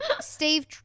Steve